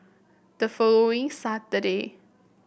the following Saturday